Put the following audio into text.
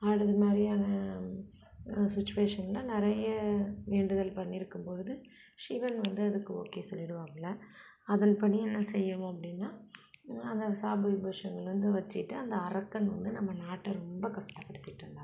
அது மாதிரியான சிச்சுவேஷன்ல நிறைய வேண்டுதல் பண்ணிருக்கும் பொழுது சிவன் வந்து அதுக்கு ஓகே சொல்லிடுவாப்பிள அதன் படி என்ன செய்வோம் அப்படின்னா அதன் சாப விமோசனம் வைச்சிட்டு அந்த அரக்கன் வந்து நம்ம நாட்டை ரொம்ப கஷ்டப்படுத்திகிட்டு இருந்தாப்பிள